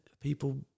people